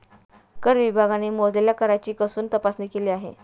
कर विभागाने मोजलेल्या कराची कसून तपासणी केली आहे